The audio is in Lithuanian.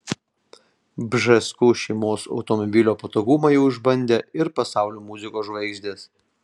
bžeskų šeimos automobilio patogumą jau išbandė ir pasaulio muzikos žvaigždės